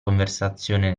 conversazione